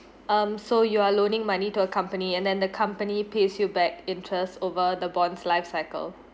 um so you are loaning money to a company and then the company pays you back interest over the bonds life cycle